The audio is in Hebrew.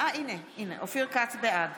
בעד